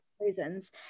reasons